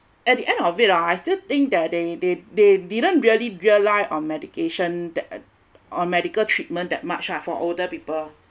at the end of it lah I still think that they they they they didn't really rely on medication that or medical treatment that much lah for older people